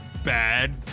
Bad